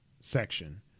section